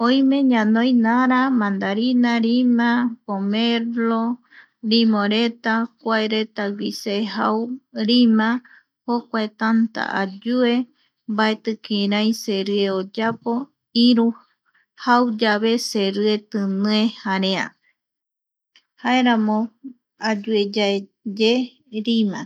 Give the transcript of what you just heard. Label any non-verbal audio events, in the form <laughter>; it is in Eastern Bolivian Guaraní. Oime <noise> ñanoi naraa, mandarina, rima, pomelo, rimoreta, kua reta gui se jau rima, jokua tanta ayue, mbaeti kirai serie oyap,o iru jau yave serie tinie jarea jaeramo ayueyaeye rima